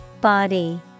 Body